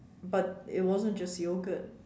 but it wasn't just yogurt